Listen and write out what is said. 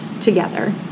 together